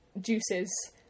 juices